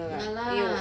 ya lah